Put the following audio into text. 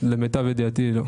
למיטב ידיעתי לא.